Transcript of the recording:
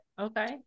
Okay